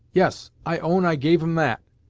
yes, i own i gave em that,